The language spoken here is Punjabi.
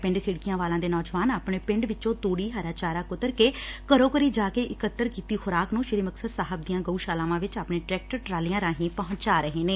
ਪਿੰਡ ਖਿੜਕੀਆਂ ਵਾਲਾ ਦੇ ਨੌਜਵਾਨ ਆਪਣੇ ਪਿੰਡ ਵਿੱਚੋ ੜੂਡੀ ਹਰਾ ਚਾਰਾ ਕੁਤਰ ਕੇ ਤੇ ਘਰੋ ਘਰੀ ਜਾ ਕੇ ਇਕੱਤਰ ਕੀਤੀ ਖੁਰਾਕ ਨੂੰ ਸ੍ਸੀ ਮੁਕਤਸਰ ਸਾਹਿਬ ਦੀਆਂ ਗਊਸ਼ਾਲਾ ਵਿੱਚ ਆਪਣੇ ਟਰੈਕਟਰ ਟਰਾਲੀਆਂ ਰਾਹੀਂ ਪਹੁੰਚਾ ਰਹੇ ਨੇ